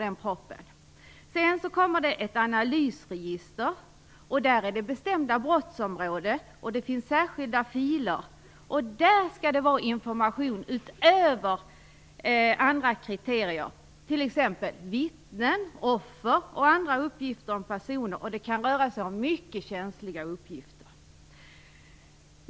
Det skall också inrättas ett analysregister med bestämda brottsområden och särskilda filer. Där skall man kunna få information utöver andra kriterier, t.ex. uppgifter om vittnen, offer och andra uppgifter om personer. Det kan röra sig om mycket känsliga uppgifter.